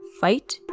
fight